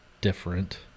different